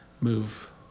move